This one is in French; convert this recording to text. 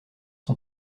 son